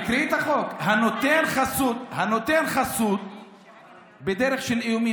תקראי את החוק: "הנותן חסות בדרך של איומים,